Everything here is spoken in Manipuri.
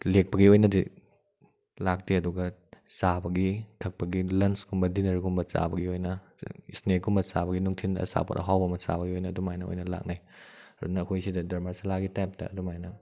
ꯂꯦꯛꯄꯒꯤ ꯑꯣꯏꯅꯗꯤ ꯂꯥꯛꯇꯦ ꯑꯗꯨꯒ ꯆꯥꯕꯒꯤ ꯊꯛꯄꯒꯤ ꯂꯟꯁ ꯀꯨꯝꯕ ꯗꯤꯅꯔꯒꯨꯝꯕ ꯆꯥꯕꯒꯤ ꯑꯣꯏꯅ ꯏꯁꯅꯦꯛ ꯀꯨꯝꯕ ꯆꯥꯕꯒꯤ ꯅꯨꯡꯊꯤꯟꯗ ꯑꯆꯥꯄꯣꯠ ꯑꯍꯥꯎꯕ ꯑꯃ ꯆꯥꯕꯒꯤ ꯑꯣꯏꯅ ꯑꯗꯨꯃꯥꯏꯅ ꯑꯣꯏꯅ ꯂꯥꯛꯅꯩ ꯑꯗꯨꯅ ꯑꯩꯈꯣꯏ ꯁꯤꯗ ꯗꯔꯃꯁꯥꯂꯥꯒꯤ ꯇꯥꯏꯞꯇ ꯑꯗꯨꯃꯥꯏꯅ